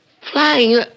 flying